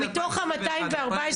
מתוך ה-214